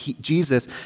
Jesus